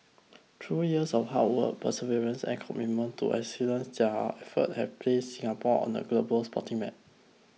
through years of hard work perseverance and commitment to excellence their efforts have placed Singapore on the global sporting map